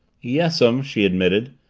yes'm, she admitted.